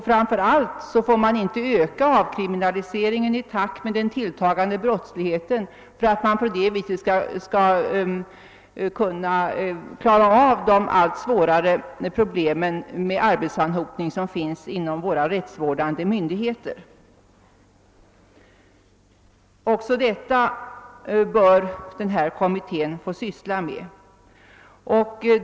Framför allt får man inte öka avkriminaliseringen i takt med den tilltagande brottsligheten för att på det viset klara av de allt svårare problemen med arbetsanhopning inom våra rättsvårdande myndigheter. Även detta bör den här kommittén få syssla med.